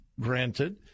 granted